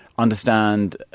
understand